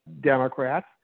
Democrats